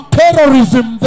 terrorism